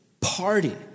party